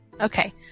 Okay